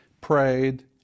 prayed